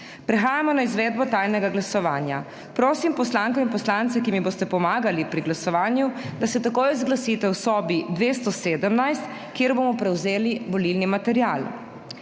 Prehajamo na izvedbo tajnega glasovanja. Prosim poslanko in poslance, ki mi boste pomagali pri glasovanju, da se takoj zglasite v sobi 217, kjer bomo prevzeli volilni material.